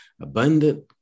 abundant